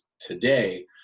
today